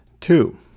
Two